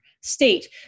state